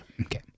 Okay